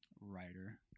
writer